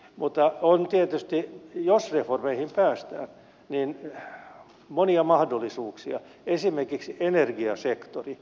mutta on tietysti jos reformeihin päästään monia mahdollisuuksia esimerkiksi energiasektori